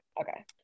Okay